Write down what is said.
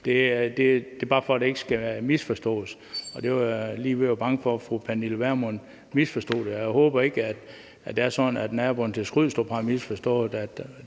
Det er bare for, at det ikke skal misforstås. Det var jeg lige ved at være bange for at fru Pernille Vermund gjorde. Jeg håber ikke, at det er sådan, at naboerne til Skrydstrup har misforstået